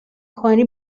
کنی